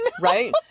Right